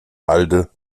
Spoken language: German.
halde